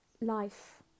life